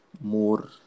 more